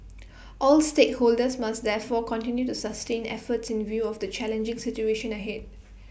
all stakeholders must therefore continue to sustain efforts in view of the challenging situation ahead